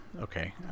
Okay